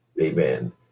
amen